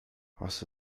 was